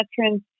veterans